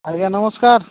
ଆଜ୍ଞା ନମସ୍କାର